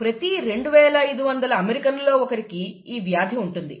ప్రతి 2500 అమెరికన్లలో ఒకరికి ఈ వ్యాధి ఉంటుంది